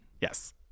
Yes